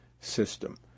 system